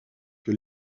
que